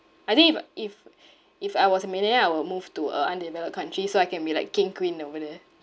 I think if if if I was a millionaire I will move to a undeveloped country so I can be like king queen over there